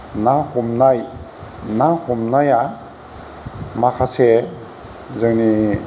ना हमनाय ना हमनाया माखासे जोंनि